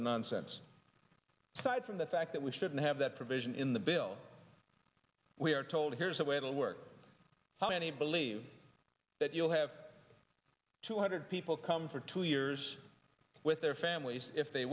of nonsense side from the fact that we shouldn't have that provision in the bill we are told here's a way to work how many believe that you'll have two hundred people come for two years with their families if they